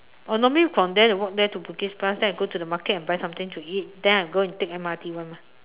oh normally from there walk there to Bugis plus then I go to the Market and buy something to eat then I go and take M_R_T [one] mah